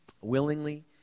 willingly